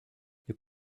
you